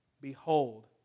Behold